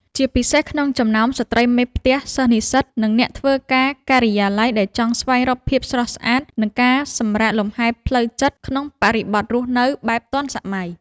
ជាពិសេសក្នុងចំណោមស្រ្តីមេផ្ទះ សិស្សនិស្សិត និងអ្នកធ្វើការការិយាល័យ ដែលចង់ស្វែងរកភាពស្រស់ស្រាយ និងការសម្រាកលំហែផ្លូវចិត្តក្នុងបរិបទរស់នៅបែបទាន់សម័យ។